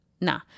Nah